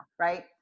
Right